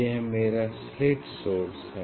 यह मेरा slit source है